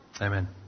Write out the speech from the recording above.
Amen